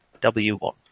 W1